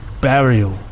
burial